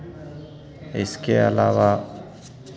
इसके अलावा